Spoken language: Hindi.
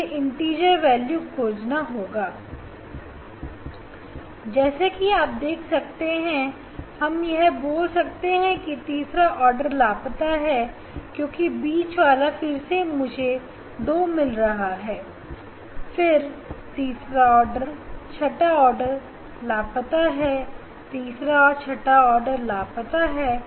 मुझे इंटिजर वैल्यू खोजना होगा जैसा कि आप देख सकते हैं हम यह बोल सकते हैं कि तीसरा आर्डर लापता है क्योंकि बीच वाला फिर मुझे 2 मिल रहा है फिर तीसरा ऑर्डर छठवां ऑर्डर लापता है तीसरा ऑर्डर छठवां ऑर्डर लापता है